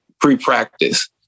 pre-practice